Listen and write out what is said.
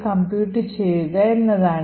compute ചെയ്യുക എന്നതാണ്